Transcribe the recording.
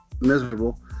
Miserable